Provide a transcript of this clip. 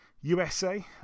USA